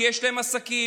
כי יש להם עסקים,